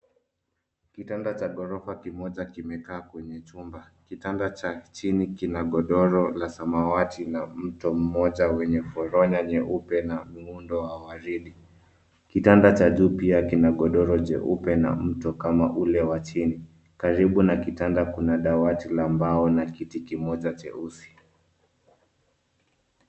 Kitanda cha gorofa kimoja kimekaa kwenye chumba. Kitanda cha chini kina godoro la samawati na mto mmoja wenye foronya nyeupe na muundo wa waridi. Kitanda cha juu pia kina godoro jeupe na mto kama ule wa chini. Karibu na kitanda kuna dawati la mbao na kiti kimoja cheusi.